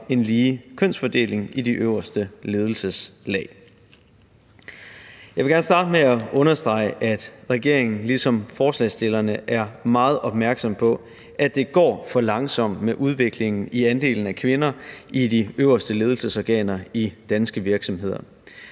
en lige kønsfordeling i de øverste ledelseslag. Jeg vil gerne starte med at understrege, at regeringen ligesom forslagsstillerne er meget opmærksom på, at det går for langsomt med udviklingen i andelen af kvinder i de øverste ledelsesorganer i danske virksomheder.